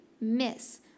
miss